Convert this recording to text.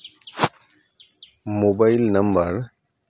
mobile number